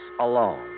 alone